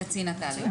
צינה תענה.